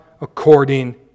according